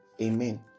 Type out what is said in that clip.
Amen